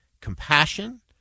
compassion